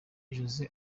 jose